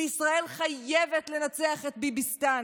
וישראל חייבת לנצח את ביביסטאן